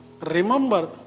Remember